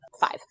five